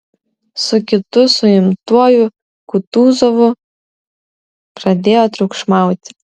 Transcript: su kitu suimtuoju kutuzovu pradėjo triukšmauti